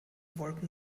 wolken